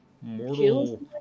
mortal